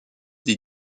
des